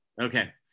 Okay